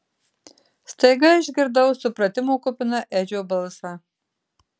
staiga išgirdau supratimo kupiną edžio balsą